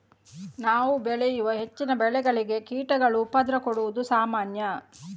ನಾವು ಬೆಳೆಯುವ ಹೆಚ್ಚಿನ ಬೆಳೆಗಳಿಗೆ ಕೀಟಗಳು ಉಪದ್ರ ಕೊಡುದು ಸಾಮಾನ್ಯ